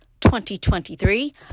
2023